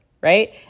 right